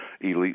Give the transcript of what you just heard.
Elite